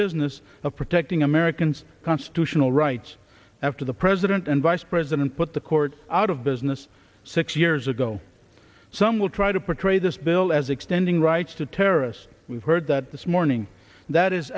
business of protecting americans constitutional rights after the president and vice president put the courts out of business six years ago some will try to portray this bill as extending rights to terrorists we've heard that this morning that is